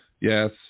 Yes